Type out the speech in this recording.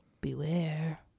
Beware